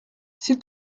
s’il